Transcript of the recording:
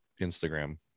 Instagram